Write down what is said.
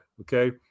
okay